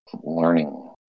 learning